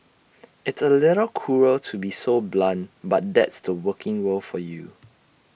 it's A little cruel to be so blunt but that's the working world for you